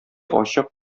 ачык